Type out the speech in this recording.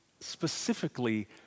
specifically